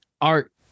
art